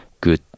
good